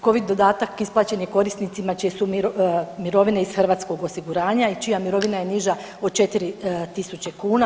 Covid dodatak isplaćen je korisnicima čije su mirovine iz hrvatskog osiguranja i čija mirovina je niža od 4.000 kuna.